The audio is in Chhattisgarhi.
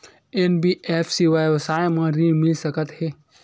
एन.बी.एफ.सी व्यवसाय मा ऋण मिल सकत हे